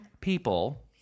people